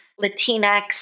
Latinx